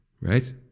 right